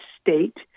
state